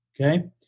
okay